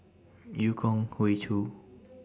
EU Kong Hoey Choo